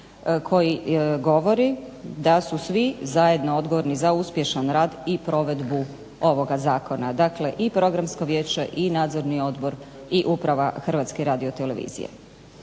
koji govori da su svi zajedno odgovorni za uspješan rad i provedbu ovoga zakona, dakle i Programsko vijeće i Nadzorni odbor i Uprava Hrvatske radiotelevizije.